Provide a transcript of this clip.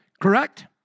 Correct